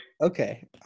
Okay